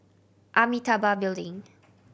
Amitabha Building